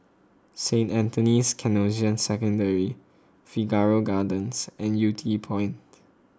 Saint Anthony's Canossian Secondary Figaro Gardens and Yew Tee Point